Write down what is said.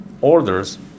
Orders